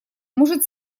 может